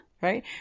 Right